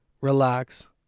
relax